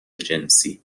جنسی